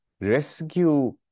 rescue